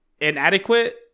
inadequate